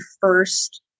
first